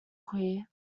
queer